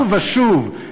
ושוב ושוב,